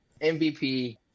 MVP